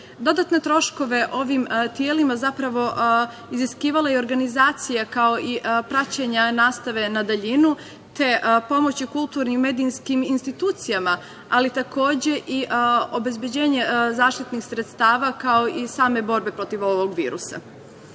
Dodatne troškove ovim telima, zapravo, iziskivala je organizacija kao i praćenje nastave na daljinu, te pomoći kulturnim, medijskim institucijama, ali takođe i obezbeđenje zaštitnih sredstava, kao i same borbe protiv ovog virusa. Dakle,